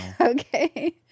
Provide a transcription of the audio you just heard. okay